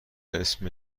اسم